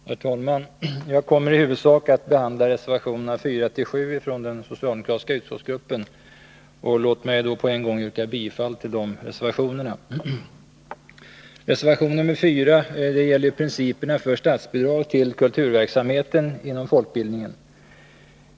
Herr talman! Jag kommer i huvudsak att behandla reservationerna 4-7 från den socialdemokratiska utskottsgruppen, och låt mig på en gång yrka bifall till dessa reservationer.